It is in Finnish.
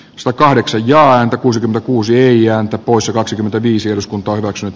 sa kahdeksan joan kuusikymmentäkuusi ei antabus kaksikymmentäviisi eduskunta hyväksyi